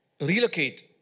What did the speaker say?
Relocate